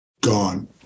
gone